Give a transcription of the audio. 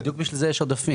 בדיוק לשם כך יש עודפים.